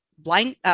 blind